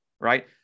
right